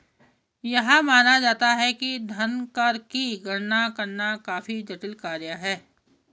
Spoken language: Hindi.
यह माना जाता है कि धन कर की गणना करना काफी जटिल कार्य है